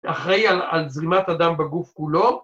‫אחראי על זרימת הדם בגוף כולו.